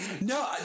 No